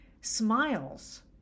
smiles